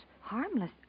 Harmless